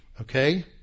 okay